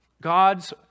God's